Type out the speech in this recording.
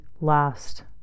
last